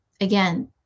again